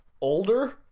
older